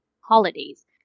holidays